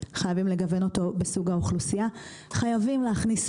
חייבים להכניס פנימה אנשים, עוד ועוד נשים.